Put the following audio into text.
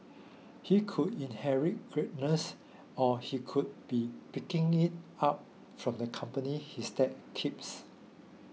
he could inherit greatness or he could be picking it up from the company his dad keeps